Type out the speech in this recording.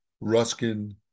Ruskin